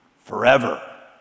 forever